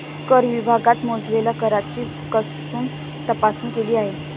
कर विभागाने मोजलेल्या कराची कसून तपासणी केली आहे